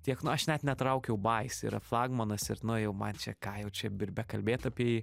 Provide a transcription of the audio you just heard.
tiek nu aš net netraukiau ba jis yra flagmanas ir nu jau man čia ką jau čia ir bekalbėt apie jį